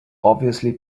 obviously